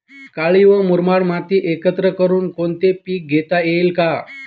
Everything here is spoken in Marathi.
काळी व मुरमाड माती एकत्रित करुन कोणते पीक घेता येईल का?